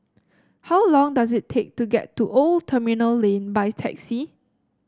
how long does it take to get to Old Terminal Lane by taxi